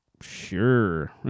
sure